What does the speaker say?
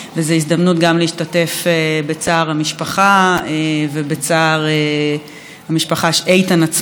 וזה הזדמנות גם להשתתף בצער המשפחה ובצערו של איתן עצמו,